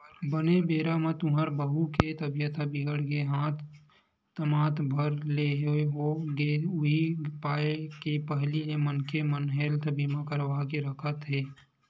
बने बेरा म तुँहर बहू के तबीयत ह बिगड़ गे हाथ लमात भर ले हो गेस उहीं पाय के पहिली ले मनखे मन हेल्थ बीमा करवा के रखत हे